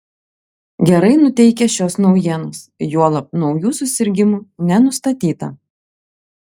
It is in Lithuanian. gerai nuteikia šios naujienos juolab naujų susirgimų nenustatyta